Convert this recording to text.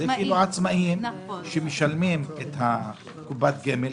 זה עצמאים שמשלמים לקופת גמל.